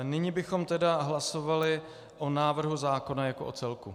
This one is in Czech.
Nyní bychom tedy hlasovali o návrhu zákona jako o celku.